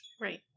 Right